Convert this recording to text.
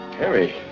Harry